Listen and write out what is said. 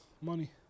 Money